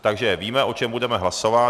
Takže víme, o čem budeme hlasovat.